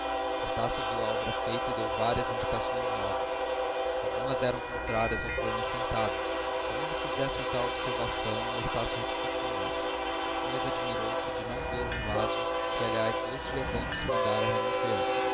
estácio viu a obra feita e deu várias indicações novas algumas eram contrárias ao plano assentado como lhe fizessem tal observação estácio retificou as depois admirou-se de não ver um vaso que aliás dois dias antes mandara remover